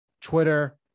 Twitter